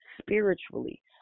spiritually